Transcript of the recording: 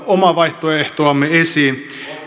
omaa vaihtoehtoamme esiin